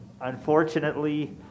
Unfortunately